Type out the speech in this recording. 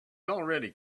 already